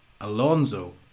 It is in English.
Alonso